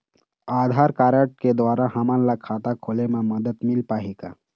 आधार card के द्वारा हमन ला खाता खोले म मदद मिल पाही का?